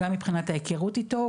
גם מבחינת ההיכרות איתו,